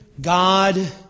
God